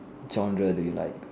genre that you like